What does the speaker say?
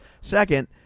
Second